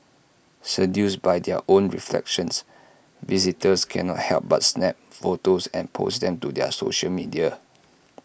seduced by their own reflections visitors cannot help but snap photos and post them to their social media